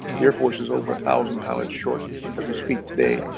the air force is over a thousand pilots short as we speak today,